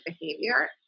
behavior